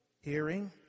Hearing